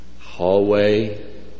hallway